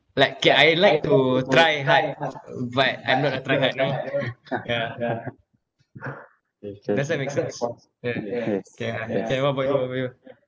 like K I like to try hard but I'm not a try hard guy yeah does that make sense yeah K ah K what about you what about you